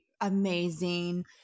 amazing